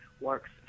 works